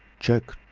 chirk,